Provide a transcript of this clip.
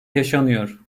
yaşanıyor